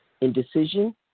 indecision